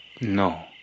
no